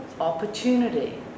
opportunity